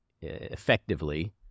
effectively